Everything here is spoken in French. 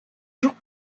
jours